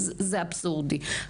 זה אבסורדי.